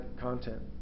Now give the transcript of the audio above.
content